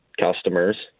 customers